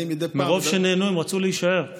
מרוב שהם נהנו הם רצו להישאר.